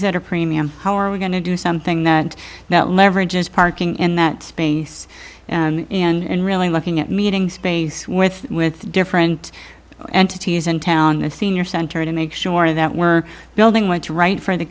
is at a premium how are we going to do something that now leverage is parking in that space and really looking at meeting space with with different entities in town the senior center to make sure that we're building what's right for the